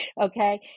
okay